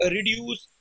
Reduce